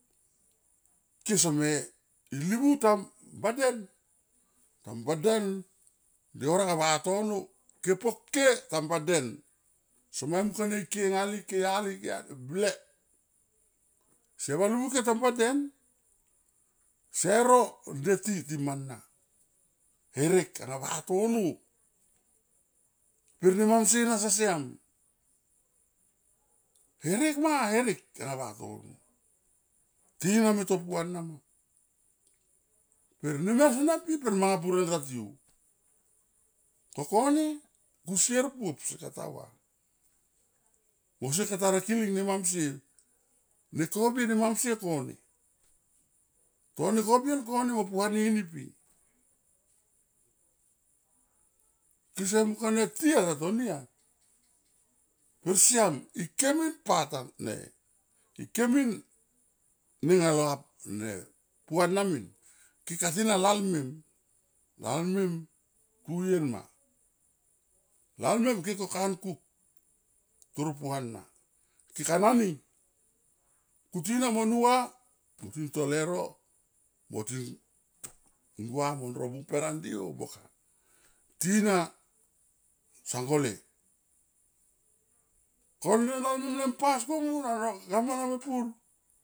Ke seme i livu tam ba den, tam ba den nde horek a vatono ke po ke tamba den soma imung kone ke nga li ke yali ble se valivu ke tam ba den se ro nde ti, ti mana herek anga vatono per ne mam sie na sasiam herek ma herek anga vatono tina me to puana ma pe nemer sene mpi pe manga pur ena ta tiou ko kone kusier buop seka ta va mo se kata rikiling nemam sie ne ko bie nemamsie kone tone ko bien kone mo po hani ni pi. Kese niung kone ti a tatoni a per siam ike min pat ne ike min ne nga lo hap ne puana min ke ka na lalmen, tu vien ma. Lalmem ke ko kang kuk, toro puano keka nani kuti na mon nu va kun ti to leuro montin gua mo ro bung per andi o boka tina sang gole ko ne lalmem ne pas komun ano govman mepur.